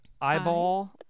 Eyeball